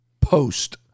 post